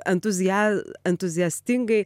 entuzia entuziastingai